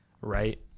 right